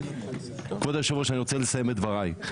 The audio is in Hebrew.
כבוד היושב-ראש, אני רוצה לסיים דבריי.